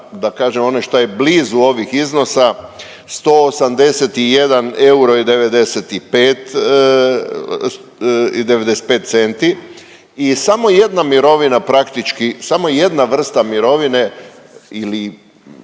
da kažem, onaj šta je blizu ovih iznosa, 181 euro i 95 centi i samo jedna mirovina praktički, samo jedna vrsta mirovine ili